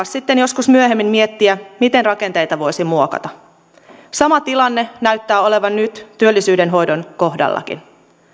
sitten joskus myöhemmin miettiä miten rakenteita voisi muokata sama tilanne näyttää olevan nyt työllisyyden hoidon kohdallakin